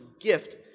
gift